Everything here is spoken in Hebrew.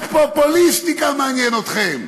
רק פופוליסטיקה מעניינת אתכם,